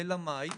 אלא מהי,